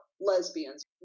lesbians